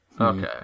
okay